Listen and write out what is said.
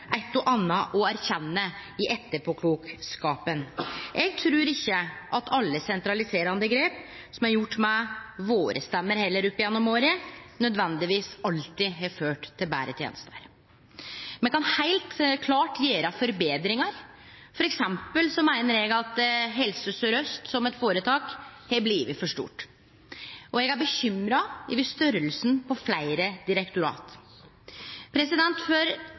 anna å erkjenne i etterpåklokskapen. Eg trur ikkje at alle sentraliserande grep, som er gjorde med våre stemmer opp gjennom åra, nødvendigvis alltid har ført til betre tenester. Me kan heilt klart gjere forbetringar. For eksempel meiner eg at Helse Sør-Øst som føretak har blitt for stort, og eg er bekymra over storleiken på fleire direktorat. For